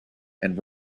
and